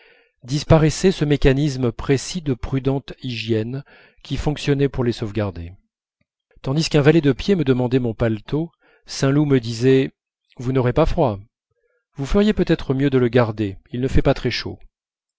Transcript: disparaissait ce mécanisme précis de prudente hygiène qui fonctionnait pour les sauvegarder tandis qu'un valet de pied me demandait mon paletot saint loup me disait vous n'aurez pas froid vous feriez peut-être mieux de le garder il ne fait pas très chaud